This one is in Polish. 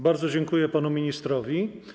Bardzo dziękuję panu ministrowi.